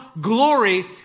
glory